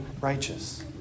righteous